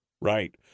Right